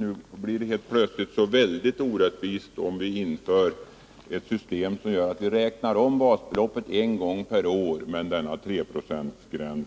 Nu blir det plötsligt väldigt orättvist om vi inför ett system där man räknar om basbeloppet en gång per år men tar bort 3-procentsspärren.